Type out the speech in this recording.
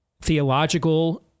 theological